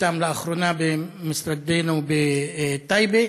איתן לאחרונה במשרדינו בטייבה.